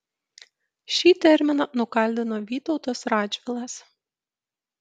šį terminą nukaldino vytautas radžvilas